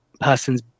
person's